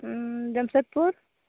Jamshedpur